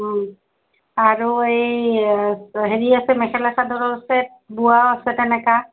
আৰু এই হেৰি আছে মেখেলা চাদৰৰ ছেট বোৱা তেনেকুৱা